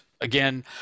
Again